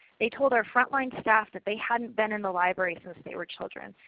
they told our front-line staff that they hadn't been in the library since they were children,